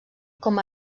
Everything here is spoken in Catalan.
com